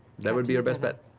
that would be your best bet.